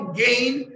gain